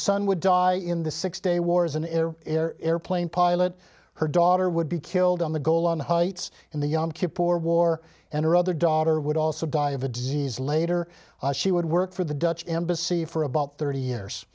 would die in the six day war as an heir heir airplane pilot her daughter would be killed on the golan heights in the yom kippur war and her other daughter would also die of a disease later she would work for the dutch embassy for about thirty years